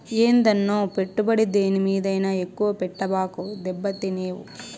ఏందన్నో, పెట్టుబడి దేని మీదైనా ఎక్కువ పెట్టబాకు, దెబ్బతినేవు